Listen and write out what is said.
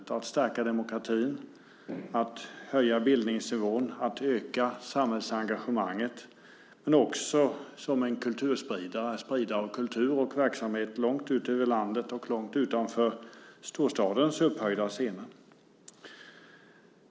Dels ska de stärka demokratin, höja bildningsnivån och öka samhällsengagemanget, dels vara kulturspridare, spridare av kultur och verksamhet ut över hela landet, långt utanför storstadens upphöjda scener.